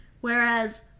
Whereas